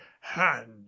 hand